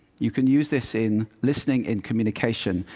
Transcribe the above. you can use this in listening, in communication.